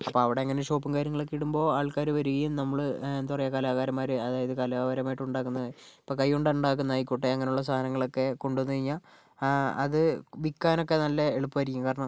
അപ്പം അവിടെ അങ്ങനൊരു ഷോപ്പും കാര്യങ്ങളൊക്കെയിടുമ്പോൾ ആൾക്കാര് വരികയും നമ്മള് എന്താ പറയുക കലാകാരന്മാര് അതായത് കലാപരമായിട്ടുണ്ടാക്കുന്ന ഇപ്പോൾ കൈകൊണ്ട് ഉണ്ടാക്കുന്ന ആയിക്കോട്ടെ അങ്ങനെയുള്ള സാധനങ്ങളൊക്കെ കൊണ്ടുവന്ന് കഴിഞ്ഞാൽ അത് വിൽക്കാനൊക്കെ നല്ല എളുപ്പമായിരിക്കും കാരണം